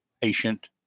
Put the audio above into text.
patient